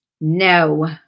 no